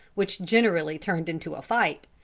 which generally turned into a fight,